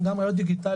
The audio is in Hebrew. גם ראיות דיגיטליות.